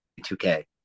2K